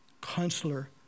Counselor